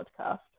podcast